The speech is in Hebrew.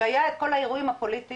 שהיה את כל האירועים הפוליטיים,